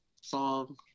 song